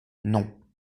non